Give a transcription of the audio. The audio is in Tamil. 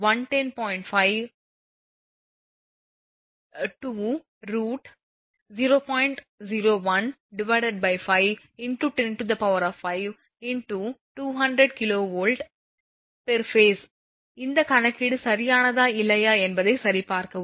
015× 10−5 × 200 kWகட்டம் இந்த கணக்கீடு சரியானதா இல்லையா என்பதைச் சரிபார்க்கவும்